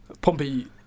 Pompey